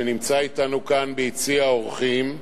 שנמצא אתנו כאן ביציע האורחים,